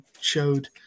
showed